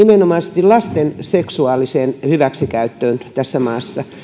nimenomaisesti lasten seksuaaliseen hyväksikäyttöön tässä maassa